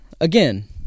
again